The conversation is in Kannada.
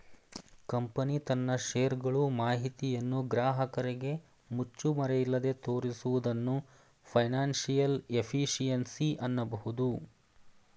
ಕಂಪನಿ ತನ್ನ ಶೇರ್ ಗಳು ಮಾಹಿತಿಯನ್ನು ಗ್ರಾಹಕರಿಗೆ ಮುಚ್ಚುಮರೆಯಿಲ್ಲದೆ ತೋರಿಸುವುದನ್ನು ಫೈನಾನ್ಸಿಯಲ್ ಎಫಿಷಿಯನ್ಸಿ ಅನ್ನಬಹುದು